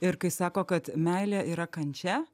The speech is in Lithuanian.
ir kai sako kad meilė yra kančia